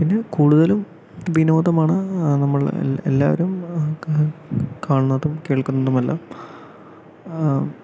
പിന്നെ കൂടുതലും വിനോധമാണ് നമ്മൾ എല്ലാവരും കാണുന്നതും കേൾക്കുന്നതുമെല്ലാം